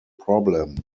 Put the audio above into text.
problem